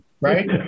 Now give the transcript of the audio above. right